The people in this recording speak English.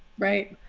right.